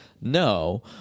No